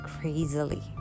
crazily